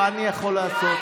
מה אני יכול לעשות?